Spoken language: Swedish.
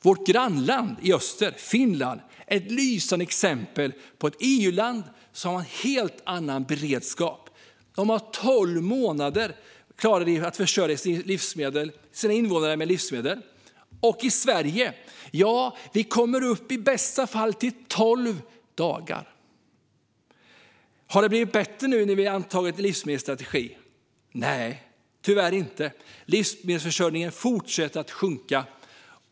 Vårt grannland i öster, Finland, är ett lysande exempel på ett EU-land som har en helt annan beredskap. I tolv månader klarar de att försörja sina invånare med livsmedel. I Sverige kommer vi i bästa fall upp i tolv dagar. Har det blivit bättre nu, efter att vi har antagit livsmedelsstrategin? Nej, tyvärr inte. Livsmedelsförsörjningen fortsätter att sjunka.